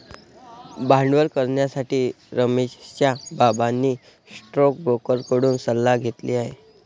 भांडवल करण्यासाठी रमेशच्या बाबांनी स्टोकब्रोकर कडून सल्ला घेतली आहे